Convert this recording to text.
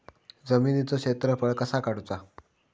जमिनीचो क्षेत्रफळ कसा काढुचा?